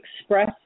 express